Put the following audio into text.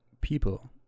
people